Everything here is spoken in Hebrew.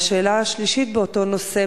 והשאלה השלישית באותו נושא,